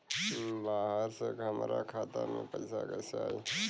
बाहर से हमरा खाता में पैसा कैसे आई?